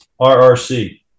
RRC